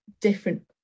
different